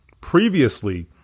previously